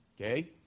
Okay